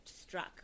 struck